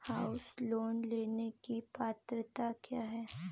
House loan लेने की पात्रता क्या है?